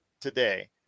today